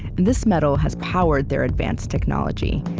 and this metal has powered their advanced technology.